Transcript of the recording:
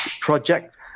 project